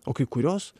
o kai kurios